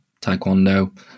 taekwondo